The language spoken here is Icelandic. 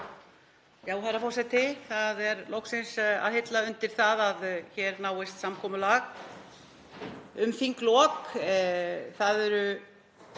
Herra forseti. Það er loksins að hilla undir það að hér náist samkomulag um þinglok. Það eru